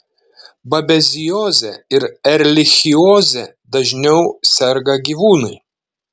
babezioze ir erlichioze dažniau serga gyvūnai